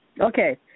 Okay